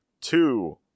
two